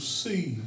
see